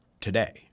today